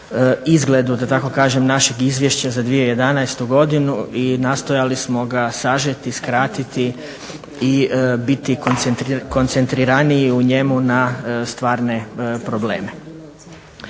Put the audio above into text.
izgledu da tako kažem našeg Izvješća za 2011. godinu i nastojali smo ga sažeti, skratiti i biti koncentriraniji u njemu na stvarne probleme.